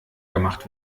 gemacht